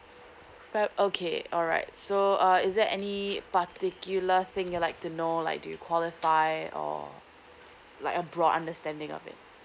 ya okay alright so uh is there any uh particular thing you like to know like you qualify or like a brought understanding of it